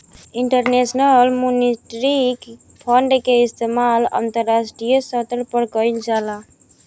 international monetary fund के इस्तमाल अंतरराष्ट्रीय स्तर पर कईल जाला